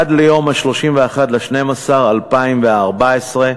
עד 31 בדצמבר 2014,